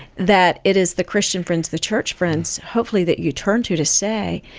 that it is the christian friends, the church friends hopefully that you turn to to say,